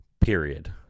period